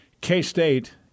K-State